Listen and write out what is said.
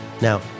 Now